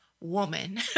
woman